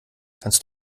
kannst